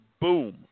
boom